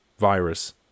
Virus